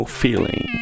feeling